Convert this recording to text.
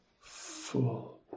full